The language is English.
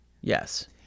Yes